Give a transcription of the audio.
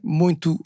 muito